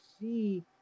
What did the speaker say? see